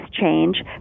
change